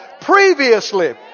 Previously